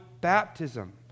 baptism